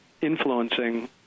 influencing